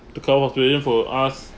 the car was waiting for us